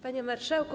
Panie Marszałku!